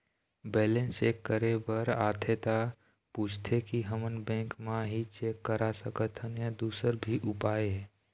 Balance check करे बर आथे ता पूछथें की हमन बैंक मा ही चेक करा सकथन या दुसर भी उपाय हे?